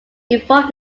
involve